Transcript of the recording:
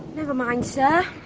never mind, sir.